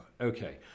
Okay